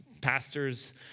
pastors